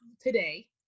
today